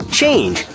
change